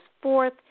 fourth